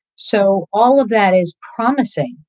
so all of that is promising.